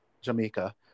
Jamaica